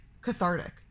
cathartic